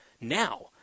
now